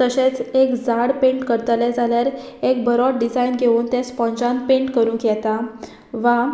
तशेंच एक झाड पेंट करतले जाल्यार एक बरो डिजायन घेवन तें स्पोन्जान पेंट करूंक येता वा